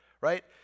Right